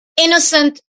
innocent